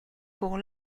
pour